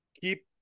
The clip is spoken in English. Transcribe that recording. keep